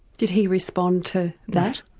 did he respond to that?